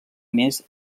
més